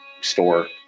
store